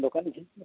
ᱫᱳᱠᱟᱱ ᱡᱷᱤᱡᱽ ᱢᱮ